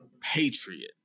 patriot